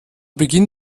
beginn